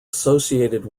associated